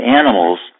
animals